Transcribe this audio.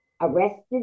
arrested